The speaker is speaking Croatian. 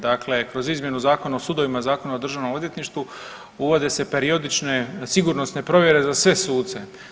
Dakle, kroz izmjenu Zakona o sudovima i Zakona o državnom odvjetništvu uvode se periodične sigurnosne provjere za sve suce.